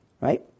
right